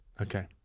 Okay